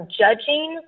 judging